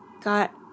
got